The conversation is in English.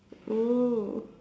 mm